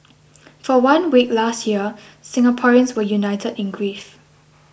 for one week last year Singaporeans were united in grief